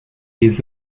les